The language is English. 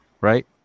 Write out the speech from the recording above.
right